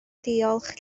diolch